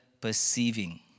perceiving